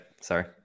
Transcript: Sorry